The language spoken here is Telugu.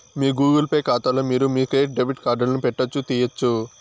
మీ గూగుల్ పే కాతాలో మీరు మీ క్రెడిట్ డెబిట్ కార్డులను పెట్టొచ్చు, తీయొచ్చు